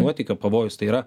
nuotėkio pavojus tai yra